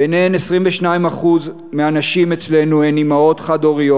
ביניהן, 22% מהנשים אצלנו הן אימהות חד-הוריות.